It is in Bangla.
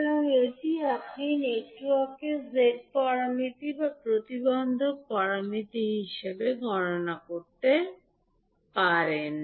সুতরাং এটি আপনি নেটওয়ার্কের z প্যারামিটার বা প্রতিবন্ধক প্যারামিটার গণনা করতে পারেন